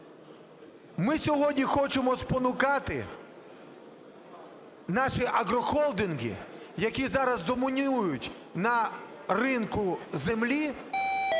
Ми сьогодні хочемо спонукати наші агрохолдинги, які зараз домінують на ринку землі